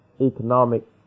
economic